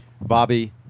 Bobby